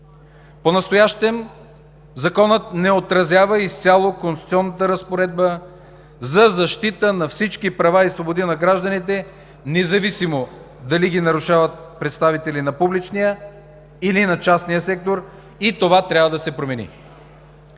Понастоящем Законът не отразява изцяло конституционната разпоредба за защита на всички права и свободи на гражданите, независимо дали ги нарушават представители на публичния или на частния сектор, и това трябва да се промени.